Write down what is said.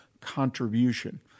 contribution